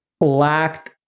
lacked